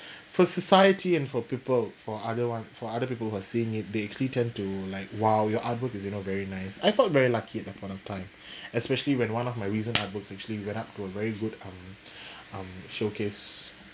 for society and for people for other one for other people who have seen it they actually tend to like !wow! your artwork is you know very nice I felt very lucky at that point of time especially when one of my recent artworks actually went up to a very good um um showcase